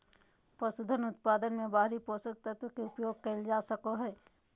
पसूधन उत्पादन मे बाहरी पोषक तत्व के उपयोग कइल जा सको हइ